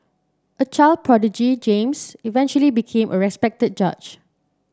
a child prodigy James eventually became a respected judge